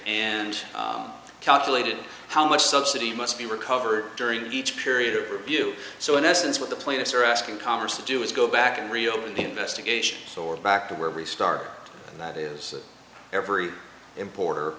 and calculated how much subsidy must be recovered during each period or view so in essence what the plaintiffs are asking congress to do is go back and reopen the investigation so we're back to where we start and that is every importer